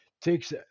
takes